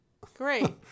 Great